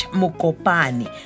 mukopani